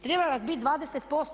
Treba nas biti 20%